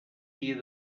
dia